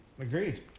Agreed